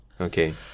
okay